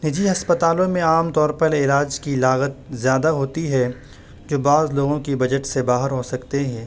نجی ہسپتالوں میں عام طور پر علاج کی لاگت زیادہ ہوتی ہے جو بعض لوگوں کی بجٹ سے باہر ہو سکتے ہیں